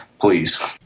please